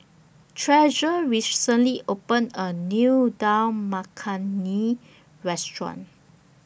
Treasure recently opened A New Dal Makhani Restaurant